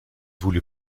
voulu